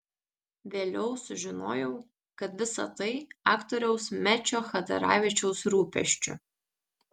vėliau sužinojau kad visa tai aktoriaus mečio chadaravičiaus rūpesčiu